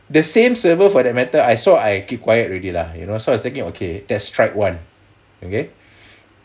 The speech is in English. the same server for that matter I saw I keep quiet already lah you know so I was thinking okay that's strike one okay